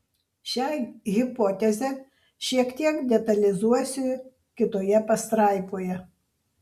šią hipotezę šiek tiek detalizuosiu kitoje pastraipoje